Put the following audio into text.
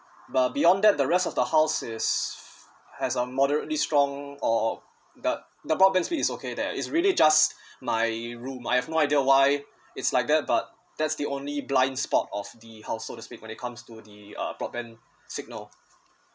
but beyond that the rest of the house is has a moderately strong or the the broadband speed is okay that is really just my room I have no idea why it's like that but that's the only blind spot of the household to speak when it comes to the uh broadband signal